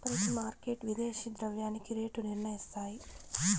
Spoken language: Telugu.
ప్రతి మార్కెట్ విదేశీ ద్రవ్యానికి రేటు నిర్ణయిస్తాయి